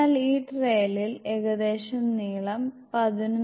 അതിനാൽ ഈ ട്രയലിൽ ഏകദേശ നീളം 11